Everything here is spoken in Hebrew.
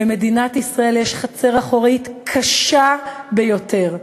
במדינת ישראל יש חצר אחורית קשה ביותר,